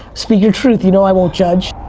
speak your truth you know i won't judge.